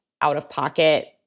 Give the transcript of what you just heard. out-of-pocket